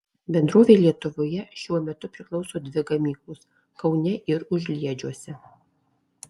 bendrovei lietuvoje šiuo metu priklauso dvi gamyklos kaune ir užliedžiuose